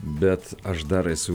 bet aš dar esu